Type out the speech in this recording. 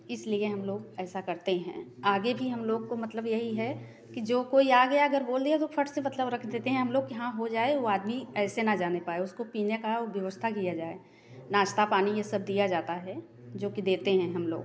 इसलिए हम लोग ऐसा करते हैं आगे भी हम लोग को मतलब यही है कि जो कोई आ गया अगर बोल दिया तो फट से मतलब रख देते हैं हम लोग कि हाँ हो जाए वह आदमी ऐसे ना जाने पाए उसको पीने का व्यवस्था किया जाए नाश्ता पानी ये सब दिया जाता है जो कि देते हैं हम लोग